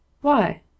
Why